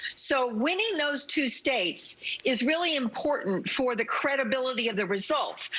so winning those two states is really important for the credibility of the results,